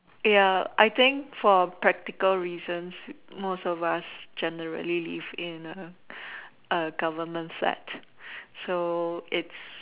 ya I think for practical reasons most of us generally live in the government flat so its